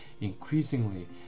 increasingly